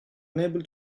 unable